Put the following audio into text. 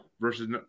versus